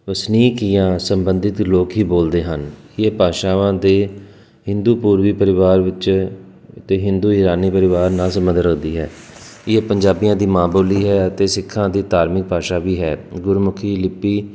ਵਸਨੀਕ ਜਾਂ ਸੰਬੰਧਿਤ ਲੋਕ ਹੀ ਬੋਲਦੇ ਹਨ ਇਹ ਭਾਸ਼ਾਵਾਂ ਦੇ ਹਿੰਦੂ ਪੂਰਵੀ ਪਰਿਵਾਰ ਵਿੱਚ ਅਤੇ ਹਿੰਦੂ ਈਰਾਨੀ ਪਰਿਵਾਰ ਨਾਲ ਸੰਬੰਧ ਰੱਖਦੀ ਹੈ ਇਹ ਪੰਜਾਬੀਆਂ ਦੀ ਮਾਂ ਬੋਲੀ ਹੈ ਅਤੇ ਸਿੱਖਾਂ ਦੀ ਧਾਰਮਿਕ ਭਾਸ਼ਾ ਵੀ ਹੈ ਗੁਰਮੁਖੀ ਲਿਪੀ